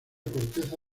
corteza